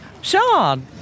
Sean